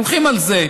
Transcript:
הולכים על זה.